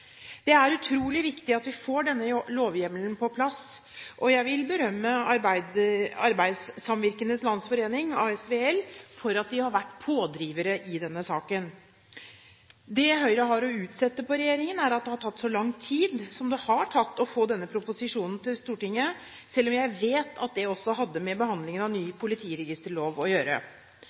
Det er utrolig viktig at vi får denne lovhjemmelen på plass, og jeg vil berømme Arbeidssamvirkenes Landsforening – ASVL – for at de har vært pådrivere i denne saken. Det Høyre har å utsette på regjeringen, er at det har tatt så lang tid som det har å få denne proposisjonen til Stortinget – selv om jeg vet at det også hadde med behandlingen av ny politiregisterlov å gjøre.